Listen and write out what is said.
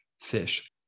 fish